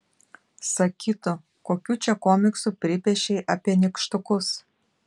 sakytų kokių čia komiksų pripiešei apie nykštukus